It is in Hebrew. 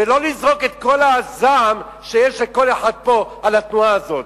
ולא לזרוק את כל הזעם שיש לכל אחד פה על התנועה הזאת,